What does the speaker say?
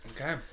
Okay